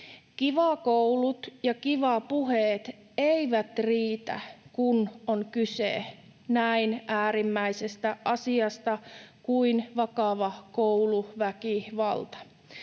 Kiva-koulut ja Kiva-puheet eivät riitä, kun on kyse näin äärimmäisestä asiasta kuin vakava kouluväkivalta.